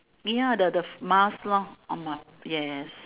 ya the the mask lor on my yes